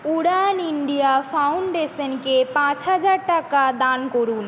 উড়ান India ফাউন্ডেশনকে পাঁচ হাজার টাকা দান করুন